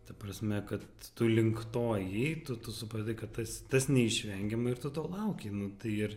ta prasme kad tu link to ėjai tu tu supratai kad tas tas neišvengiama ir tu to laukei nu tai ir